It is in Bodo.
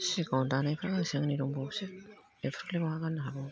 सिगाङावनो दानायफ्रा गांसे गांनै दंबावोसो बेफोरखौ माहा गाननो हाबावनो